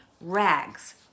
rags